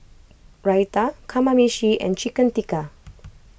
Raita Kamameshi and Chicken Tikka